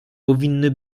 powinny